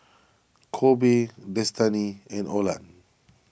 Kobe Destany and Olan